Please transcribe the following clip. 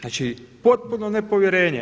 Znači potpuno nepovjerenje.